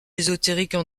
ésotériques